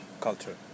culture